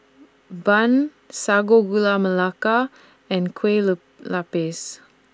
Bun Sago Gula Melaka and Kue Look Lupis